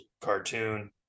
cartoon